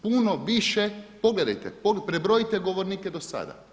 Puno više, pogledajte, prebrojite govornike do sada.